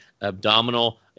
abdominal